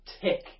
tick